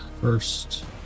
first